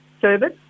service